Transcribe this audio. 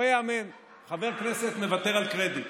לא ייאמן, חבר כנסת מוותר על קרדיט.